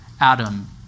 Adam